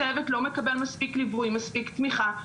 הצוות לא מקבל מספיק ליווי, מספיק תמיכה,